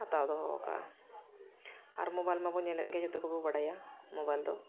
ᱦᱟᱛᱟᱣ ᱫᱚᱦᱚᱣ ᱠᱟᱜᱼᱟ ᱟᱨ ᱢᱳᱵᱟᱭᱤᱞ ᱢᱟᱵᱚᱱ ᱧᱮᱞᱮᱫ ᱜᱮᱭᱟ ᱡᱷᱚᱛᱚ ᱠᱚᱵᱚ ᱵᱟᱰᱟᱭᱟ ᱢᱳᱵᱟᱭᱤᱞ ᱫᱚ